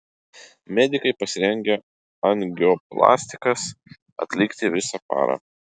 medikai pasirengę angioplastikas atlikti visą parą